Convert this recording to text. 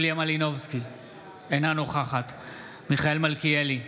אינה נוכחת מיכאל מלכיאלי,